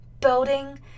building